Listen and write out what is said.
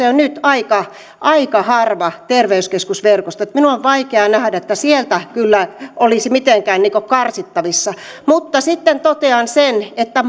jo nyt aika aika harva terveyskeskusverkosto että minun on vaikea nähdä että sieltä kyllä olisi mitenkään karsittavissa mutta sitten totean sen että